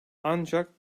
ancak